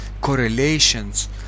correlations